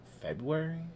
February